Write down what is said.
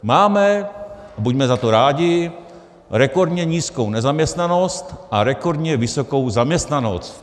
Máme, buďme za to rádi, rekordně nízkou nezaměstnanost a rekordně vysokou zaměstnanost.